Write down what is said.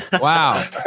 Wow